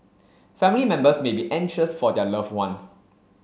family members may be anxious for their loved ones